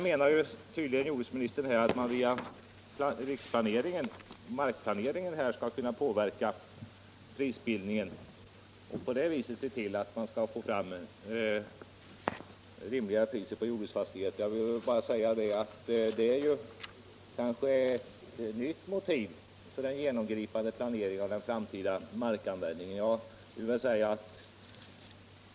Jordbruksministern menar tydligen att man via riksplaneringen — markplaneringen — skall kunna påverka prisbildningen och på det viset få rimliga priser på jordbruksfastigheter. Det är kanske ett nytt motiv för en genomgripande planering av den framtida markanvändningen.